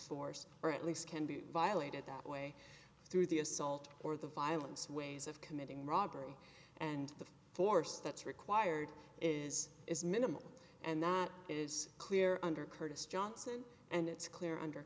force or at least can be violated that way through the assault or the violence ways of committing robbery and the force that's required is is minimal and that is clear under curtis johnson and it's clear under